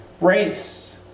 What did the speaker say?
race